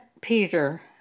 Peter